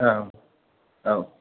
औ औ